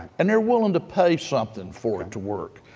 and they're willing to pay something for it to work.